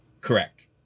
Correct